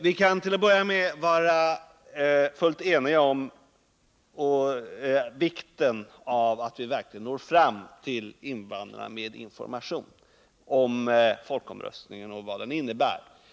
Vi kan till att börja med vara fullt eniga om vikten av att vi verkligen når fram till invandrarna med information om folkomröstningen och om vad den innebär.